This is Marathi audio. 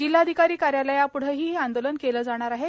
जिल्हाधिकारी कार्यालयाप्ढेही हे आंदोलन केले जाणार आहे